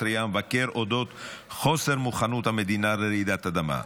מתריע המבקר על חוסר מוכנות המדינה לרעידת אדמה.